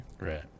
Right